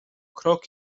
krok